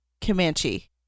comanche